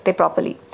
properly